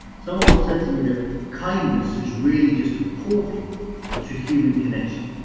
someone once said to me that kindness is really just a portal to human connection,